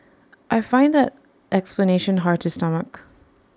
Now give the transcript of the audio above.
I find that explanation hard to stomach